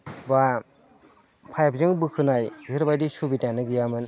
बा पाइपजों बोखोनाय बेफोरबायदि सुबिदायानो गैयामोन